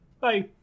Bye